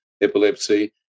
epilepsy